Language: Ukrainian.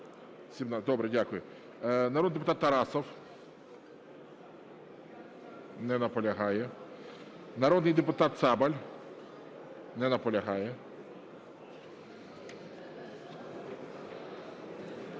добре, дякую. Народний депутат Тарасов. Не наполягає. Народний депутат Цабаль. Не наполягає.